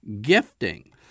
gifting